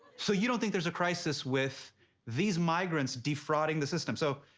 so you don't think there's a crisis with these migrants defrauding the system? so,